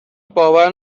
باور